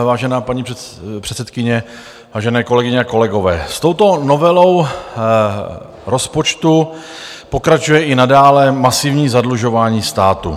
Vážená paní předsedkyně, vážené kolegyně a kolegové, s touto novelou rozpočtu pokračuje i nadále masivní zadlužování státu.